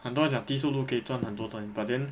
很多人讲低收入可以赚很多 time but then